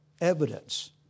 evidence